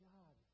God